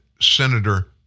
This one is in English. Senator